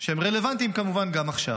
שהם כמובן רלוונטיים גם עכשיו,